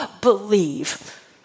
believe